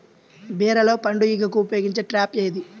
బీరలో పండు ఈగకు ఉపయోగించే ట్రాప్ ఏది?